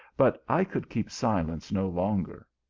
but i could keep silence no longer.